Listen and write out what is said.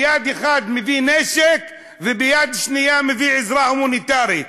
ביד אחת מביא נשק וביד השנייה מביא עזרה הומניטרית.